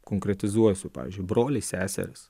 konkretizuosiu pavyzdžiui broliai seserys